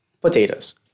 Potatoes